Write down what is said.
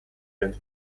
get